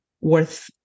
worth